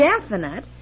definite